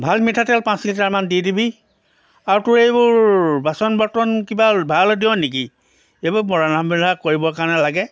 ভাল মিঠাতেল পাঁচ লিটাৰমান দি দিবি আৰু তোৰ এইবোৰ বাচন বৰ্তন কিবা ভাড়ালৈ দিয় নেকি এইবোৰ ৰন্ধা মেলা কৰিবৰ কাৰণে লাগে